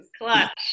clutch